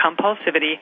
compulsivity